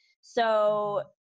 So-